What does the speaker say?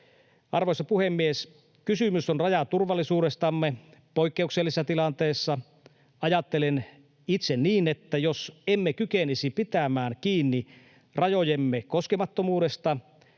Arvoisa puhemies! Kysymys on rajaturvallisuudestamme poikkeuksellisessa tilanteessa. Ajattelen itse niin, että jos emme kykenisi pitämään kiinni rajojemme koskemattomuudesta